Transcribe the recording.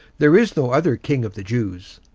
there is no other king of the jews.